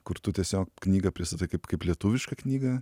kur tu tiesiog knygą pristatai kaip kaip lietuvišką knygą